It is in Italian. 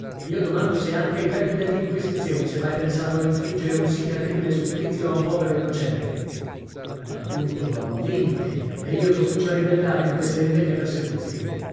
io domando se anche ai tempi dell'inquisizione s'è mai pensato a infliggere un si terribile supplizio a un povero innocente ma tutto ha un limite e io comincio a ribellarmi a questa indegna persecuzione